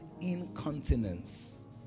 incontinence